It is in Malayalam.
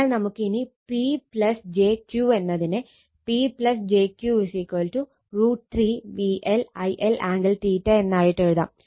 അതിനാൽ നമുക്ക് ഇനി P jQ എന്നതിനെ P jQ √ 3 VL I L ആംഗിൾഎന്നായിട്ടെഴുതാം